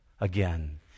Again